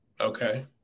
Okay